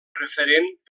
referent